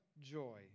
joy